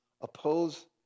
Oppose